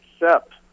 accept